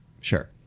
Sure